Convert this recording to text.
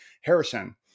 Harrison